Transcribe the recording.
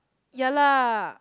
ya lah